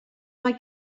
mae